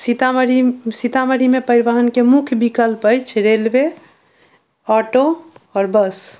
सीतामढ़ी सीतामढ़ीमे परिवहनके मुख्य विकल्प अछि रेलवे ऑटो आओर बस